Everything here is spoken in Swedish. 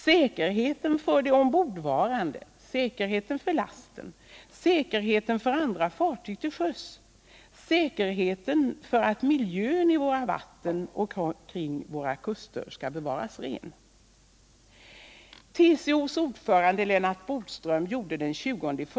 Säkerheten för de ombordvarande och för lasten. Säkerheten för andra fartyg till sjöss. Säkerheten för att miljön i våra vatten och kring våra kuster skall bevaras ren.